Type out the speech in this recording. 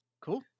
Cool